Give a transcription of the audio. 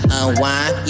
unwind